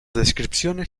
descripciones